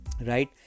right